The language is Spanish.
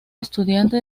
estudiante